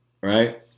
right